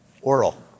oral